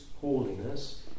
holiness